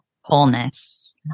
Wholeness